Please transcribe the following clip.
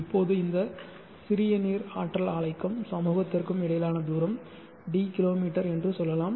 இப்போது இந்த சிறிய நீர் ஆற்றல் ஆலைக்கும் சமூகத்திற்கும் இடையிலான தூரம் d கிலோமீட்டர் என்று சொல்லலாம்